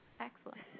Excellent